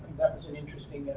that was an interesting